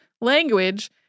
language